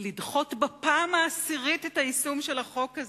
לדחות בפעם העשירית את היישום של החוק הזה,